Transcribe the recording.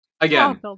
again